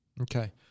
Okay